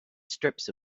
strips